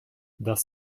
das